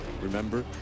Remember